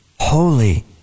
Holy